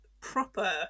proper